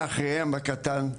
ואחריהם הקטן,